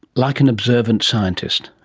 like an observant scientist.